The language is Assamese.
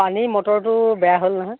পানী মটৰটো বেয়া হ'ল নহয়